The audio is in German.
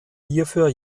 hierfür